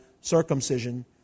circumcision